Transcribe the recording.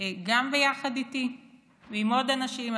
גם ביחד איתי ועם עוד אנשים,